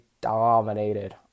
dominated